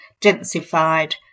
densified